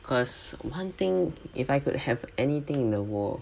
because one thing if I could have anything in the world